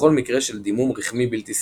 בכל מקרה של דימום רחמי בלתי סדיר,